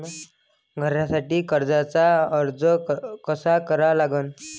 घरासाठी कर्जाचा अर्ज कसा करा लागन?